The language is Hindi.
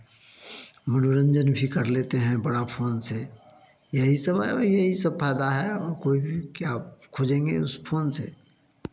मनोरंजन भी कर लेते हैं बड़ा फोन से यही सब है यही सब फ़ायदा है और कोई भी क्या खोजेंगे उस फोन से